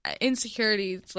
insecurities